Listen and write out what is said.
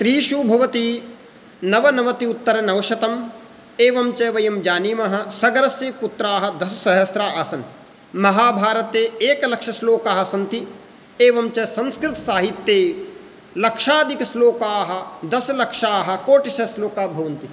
त्रिषु भवति नवनवति उत्तरनवशतम् एवञ्च वयं जानीमः सगरस्य पुत्राः दशसहस्राः आसन् महाभारते एकलक्षं श्लोकाः सन्ति एवञ्च संस्कृतसाहित्ये लक्षाधिकश्लोकाः दशलक्षाः कोटिशः श्लोकाः भवन्ति